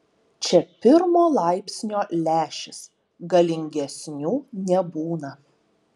čia pirmo laipsnio lęšis galingesnių nebūna